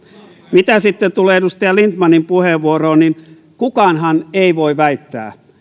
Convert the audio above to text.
mitä sitten tulee edustaja lindtmanin puheenvuoroon niin kukaanhan ei voi väittää